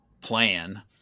plan